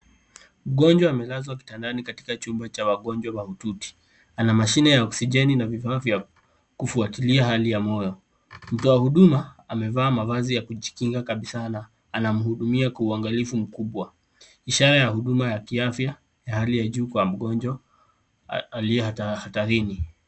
Mngojwa amelazwa kitandani katika chumba cha wangonjwa maututi. Ana mashine ya oksijeni na vifaa ya kufuatilia hali ya moyo. Mtoa huduma amevaa mavazi ya kujinga kabisa na anamhudumia kwa uangalifu mkubwa. Ishara ya huduma ya kiafya ya hali ya juu kwa mngonjwa aliye tahatarini.